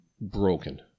broken